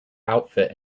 outfit